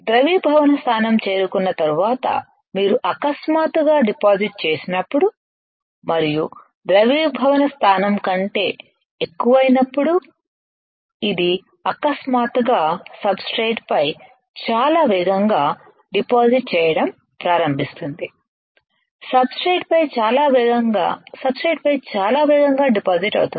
ద్రవీభవన స్థానం చేరుకున్న తర్వాత మీరు అకస్మాత్తుగా డిపాజిట్ చేసినప్పుడు మరియు ద్రవీభవన స్థానం కంటే ఎక్కువైనప్పుడు ఇది అకస్మాత్తుగా సబ్ స్ట్రేట్ పై చాలా వేగంగా డిపాజిట్ చేయడం ప్రారంభిస్తుంది సబ్ స్ట్రేట్ పై చాలా వేగంగా సబ్ స్ట్రేట్ పై చాలా వేగంగా డిపాజిట్ అవుతుంది